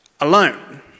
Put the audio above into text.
alone